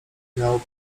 miał